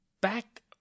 back